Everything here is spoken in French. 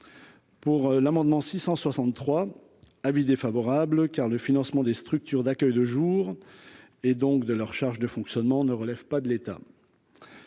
pour l'amendement 663 avis défavorable car le financement des structures d'accueil de jour et donc de leurs charges de fonctionnement ne relève pas de l'État,